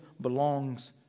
belongs